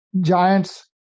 giants